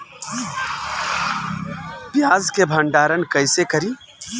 प्याज के भंडारन कईसे करी?